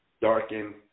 darken